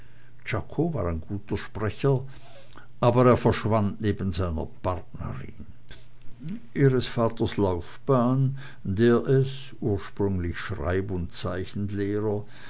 ein guter sprecher aber er verschwand neben seiner partnerin ihres vaters laufbahn der es ursprünglich schreibund zeichenlehrer